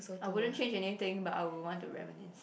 I wouldn't change anything but I would want to reminisce